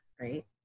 right